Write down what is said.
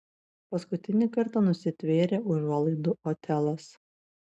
paskutinį kartą nusitvėrė užuolaidų otelas